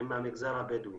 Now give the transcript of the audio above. הם מהמגזר הבדואי